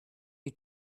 you